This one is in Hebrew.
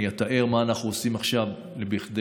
אני אתאר מה אנחנו עושים עכשיו כדי